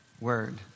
word